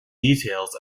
details